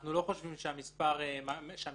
אנחנו לא חושבים שהמספר יגדל,